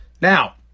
Now